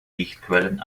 lichtquellen